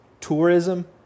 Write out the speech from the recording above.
tourism